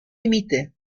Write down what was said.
limitées